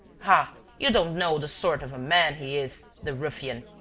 ah, you don't know the sort of a man he is, the ruffian.